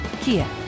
Kia